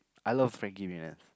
I love Frankie-Muniz